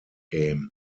game